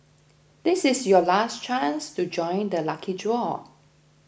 this is your last chance to join the lucky draw